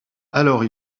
alors